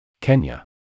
Kenya